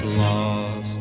lost